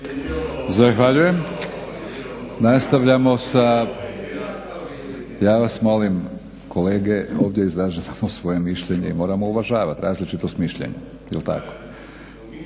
Zahvaljujem. Nastavljamo sa ja vas molim kolege ovdje izražavao svoje mišljenje i moramo uvažavati različitost mišljenja